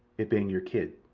it ban your kid.